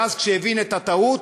ואז, כשהבין את הטעות,